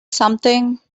something